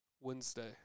Wednesday